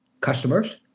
customers